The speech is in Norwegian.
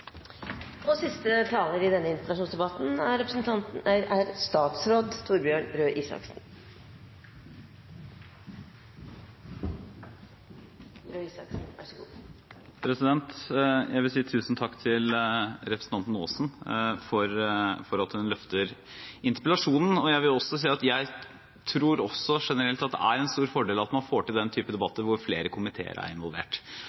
Jeg vil si tusen takk til representanten Aasen for at hun løfter frem interpellasjonen, og jeg vil også si at jeg tror generelt at det er en stor fordel at man får til den typen debatter hvor flere komiteer er involvert.